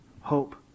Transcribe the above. hope